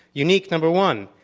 unique number one.